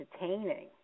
entertaining